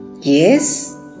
yes